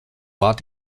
war